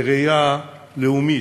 בראייה לאומית.